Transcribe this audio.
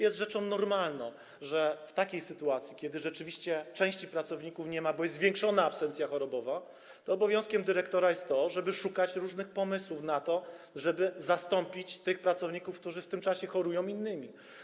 Jest rzeczą normalną, że w takiej sytuacji, kiedy rzeczywiście części pracowników nie ma, bo jest zwiększona absencja chorobowa, obowiązkiem dyrektora jest to, żeby szukać różnych pomysłów na to, żeby zastąpić tych pracowników, którzy w tym czasie chorują, innymi.